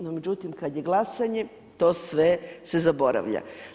No, međutim, kad je glasanje, to sve se zaboravlja.